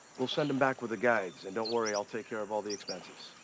we'll send him back with the guides. and don't worry, i'll take care of all the expenses.